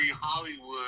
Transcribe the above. Hollywood